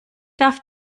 darf